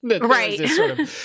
Right